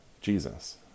Jesus